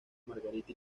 margarita